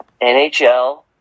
NHL